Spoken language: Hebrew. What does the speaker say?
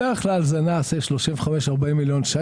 בדרך כלל זה נע סביב 35, 40 מיליון ₪.